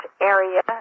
area